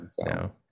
no